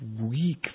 weak